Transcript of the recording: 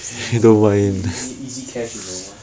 ah easy easy cash you know ah